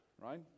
right